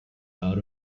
out